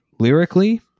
Lyrically